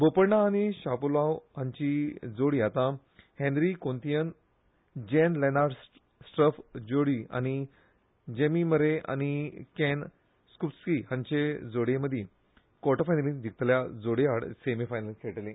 बोपण्णा आनी शापोलावो हांची जोडी आतां Henri Kontinen Jan Lennard Struff जोडी ह्रआनी जॅमी मरे आनी कॅन स्कूप्सकी हांचे जोडये मदी क्वॉटरफायनलींत जिखतल्या जोडये आड सेमी फायनलींत खेळटली